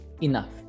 enough